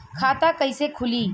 खाता कईसे खुली?